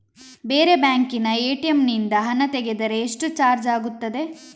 ಬೇರೆ ಬ್ಯಾಂಕಿನ ಎ.ಟಿ.ಎಂ ನಿಂದ ಹಣ ತೆಗೆದರೆ ಎಷ್ಟು ಚಾರ್ಜ್ ಆಗುತ್ತದೆ?